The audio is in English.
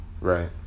Right